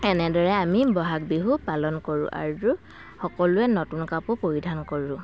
এনেদৰে আমি ব'হাগ বিহু পালন কৰোঁ আৰু সকলোৱে নতুন কাপোৰ পৰিধান কৰোঁ